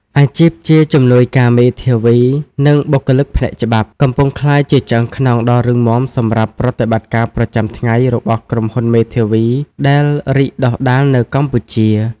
អាជីពជាជំនួយការមេធាវី និងបុគ្គលិកផ្នែកច្បាប់ កំពុងក្លាយជាឆ្អឹងខ្នងដ៏រឹងមាំសម្រាប់ប្រតិបត្តិការប្រចាំថ្ងៃរបស់ក្រុមហ៊ុនមេធាវីដែលរីកដុះដាលនៅកម្ពុជា។